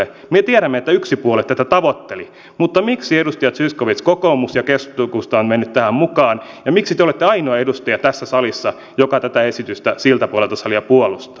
me tiedämme että yksi puolue tätä tavoitteli mutta miksi edustaja zyskowicz kokoomus ja keskusta ovat menneet tähän mukaan ja miksi te olette ainoa edustaja tässä salissa joka tätä esitystä siltä puolelta salia puolustaa